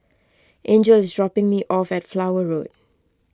Angel is dropping me off at Flower Road